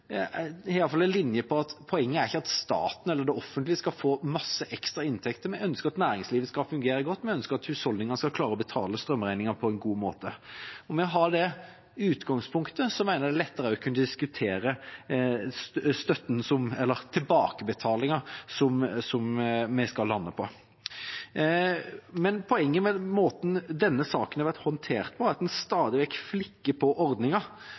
Jeg tror de aller fleste av oss er på linje med at poenget er ikke at staten eller det offentlige skal få mye i ekstra inntekter. Vi ønsker at næringslivet skal fungere godt, og at husholdningene skal klare å betale strømregningen på en god måte. Dersom vi hadde hatt det utgangspunktet, ville det vært lettere å diskutere hvilken tilbakebetaling vi skal lande på. Poenget med å nevne måten denne saken har vært håndtert på, er at en stadig vekk flikker på